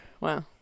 Wow